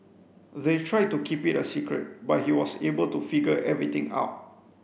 they tried to keep it a secret but he was able to figure everything out